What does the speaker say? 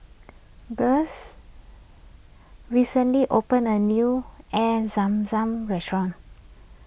recently opened a new Air Zam Zam restaurant